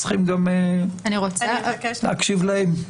צריכים גם להקשיב להם.